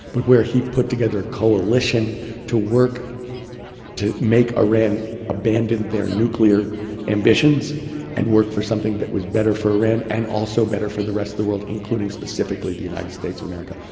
but where he put together a coalition to work to make iran abandon their nuclear ambitions and worked for something that was better for iran and also better for the rest of the world, including specifically the united states of america.